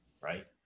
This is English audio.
right